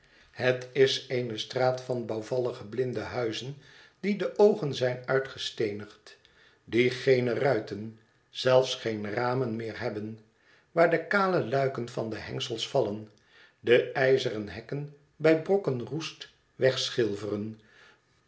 het is eene straat van bouwvallige blinde huizen die de oogen zijn uitgesteenigd die geene ruiten zelfs geene ramen meer hebben waar de kale luiken van de hengsels vallen de ijzeren hekken bij brokken roest